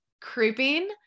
creeping